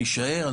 יישאר,